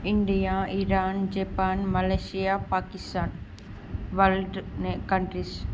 India Iran Japan Malaysia Pakistan world countries